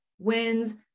wins